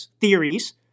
theories